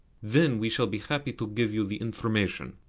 then we shall be happy to give you the information.